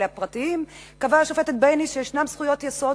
הפרטיים קבעה השופטת בייניש שיש זכויות יסוד,